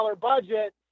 budget